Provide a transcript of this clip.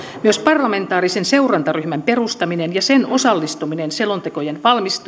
myös parlamentaarisen seurantaryhmän perustaminen ja sen osallistuminen selontekojen